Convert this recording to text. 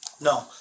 No